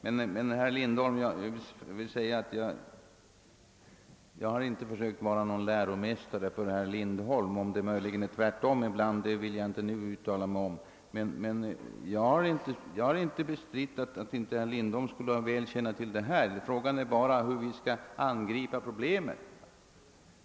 Jag vill säga herr Lindholm att jag har inte försökt vara någon läromästare för honom. Om det möjligen ibland är tvärtom vill jag inte nu uttala mig om. Jag har inte bestritt att herr Lindholm skulle känna väl till dessa ting. Frågan är bara hur vi skall angripa problemen.